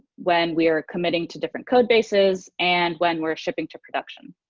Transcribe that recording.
when we are committing to different codebases, and when we are shipping to production.